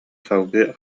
салгыы